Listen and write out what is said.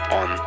on